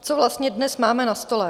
Co vlastně dnes máme na stole?